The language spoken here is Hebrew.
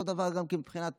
אותו דבר גם כן מבחינת